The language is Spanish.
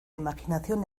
imaginación